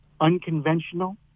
unconventional